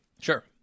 Sure